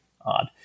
odd